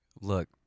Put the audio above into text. look